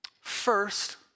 First